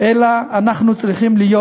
אנחנו צריכים להיות